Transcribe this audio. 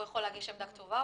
הוא יכול להגיש עמדה כתובה,